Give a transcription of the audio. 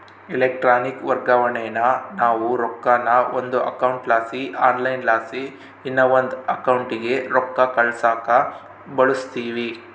electronic ವರ್ಗಾವಣೇನಾ ನಾವು ರೊಕ್ಕಾನ ಒಂದು ಅಕೌಂಟ್ಲಾಸಿ ಆನ್ಲೈನ್ಲಾಸಿ ಇನವಂದ್ ಅಕೌಂಟಿಗೆ ರೊಕ್ಕ ಕಳ್ಸಾಕ ಬಳುಸ್ತೀವಿ